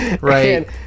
right